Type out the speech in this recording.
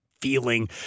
feeling